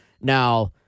Now